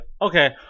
Okay